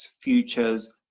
futures